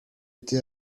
été